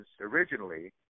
originally